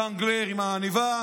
ז'ונגלר, עם העניבה,